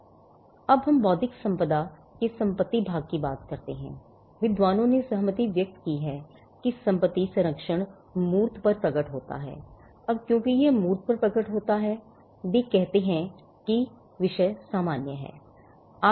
अब जब हम बौद्धिक संपदा के संपत्ति भाग के बारे में बात करते हैं विद्वानों ने सहमति व्यक्त की है कि संपत्ति संरक्षण अमूर्तपर प्रकट होता है वे कहते हैं कि सामान्य विषय है